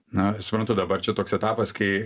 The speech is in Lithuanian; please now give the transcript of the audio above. na aš suprantu dabar čia toks etapas kai